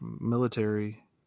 military